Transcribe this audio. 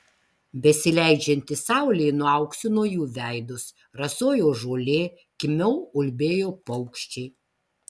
besileidžianti saulė nuauksino jų veidus rasojo žolė kimiau ulbėjo paukščiai